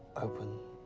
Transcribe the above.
open.